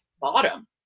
bottom